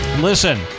Listen